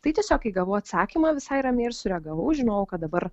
tai tiesiog kai gavau atsakymą visai ramiai ir sureagavau žinojau kad dabar